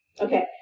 okay